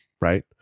right